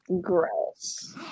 gross